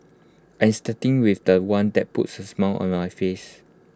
I am starting with The One that puts A smile on my face